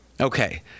Okay